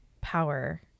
power